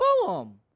Poem